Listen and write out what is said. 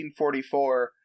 1944